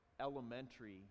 elementary